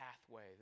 pathway